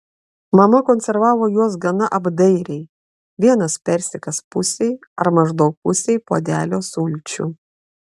mama konservavo juos gana apdairiai vienas persikas pusei ar maždaug pusei puodelio sulčių